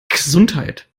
gesundheit